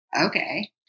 okay